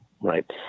right